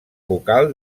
vocal